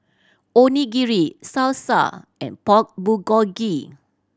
Onigiri Salsa and Pork Bulgogi